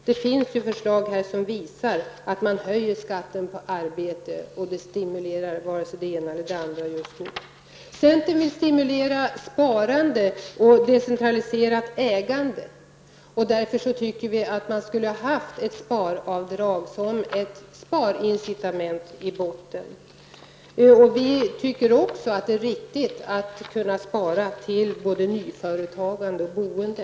Det finns här förslag som går ut på att höja skatten på arbete, vilket stimulerar stimulerar det ena eller det andra. Centern vill stimulera sparande och decentraliserat ägande. Därför borde man som ett sparincitament ha infört ett sparavdrag. Det är viktigt att kunna spara både till nyföretagande och till boende.